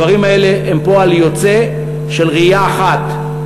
הדברים האלה הם פועל יוצא של ראייה אחת,